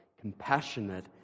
Compassionate